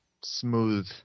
smooth